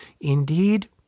Indeed